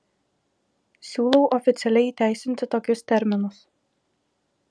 siūlau oficialiai įteisinti tokius terminus